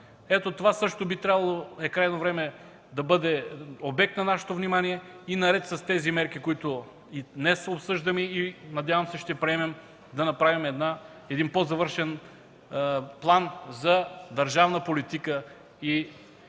Ето това също е крайно време да бъде обект на нашето внимание и наред с тези мерки, които днес обсъждаме и надявам се ще приемем, да направим един по-завършен план за държавна политика